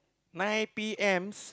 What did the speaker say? nine P M